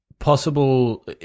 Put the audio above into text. possible